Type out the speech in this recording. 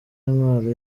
intwaro